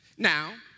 Now